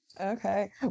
Okay